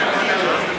45 יום.